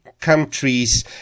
countries